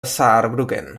saarbrücken